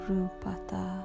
Rupata